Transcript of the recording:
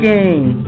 Game